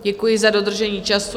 Děkuji za dodržení času.